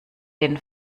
den